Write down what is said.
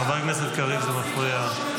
חבר הכנסת קריב, זה מפריע.